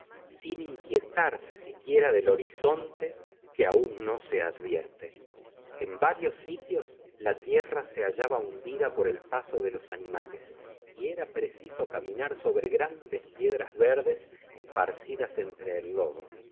sin inquietarse siquiera del horizonte que aun no se advierte en varios sitios la tierra se hallaba hundida por el paso de los animales y era preciso caminar sobre grandes piedras verdes esparcidas entre el lodo